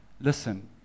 listen